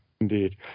Indeed